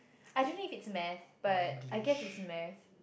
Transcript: I don't think is math but I guess is math